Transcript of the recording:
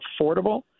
affordable